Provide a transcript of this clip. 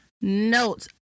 notes